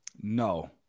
No